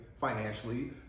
financially